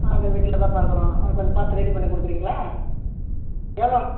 ஆ அந்த வீட்டில் தாம்ப்பா இருக்கிறோம் அதை கொஞ்சம் பார்த்து ரெடி பண்ணி கொடுக்குறீங்களா எவ்வளோ